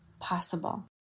possible